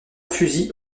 fusil